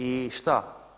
I šta?